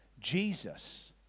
Jesus